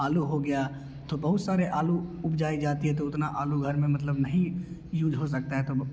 आलू हो गया तो बहुत सारे आलू उपजाई जाती है तो उतना आलू घर में मतलब नहीं यूज हो सकता है तब